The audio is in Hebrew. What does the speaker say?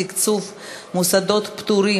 תקצוב מוסדות פטורים),